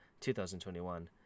2021